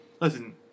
Listen